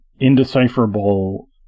indecipherable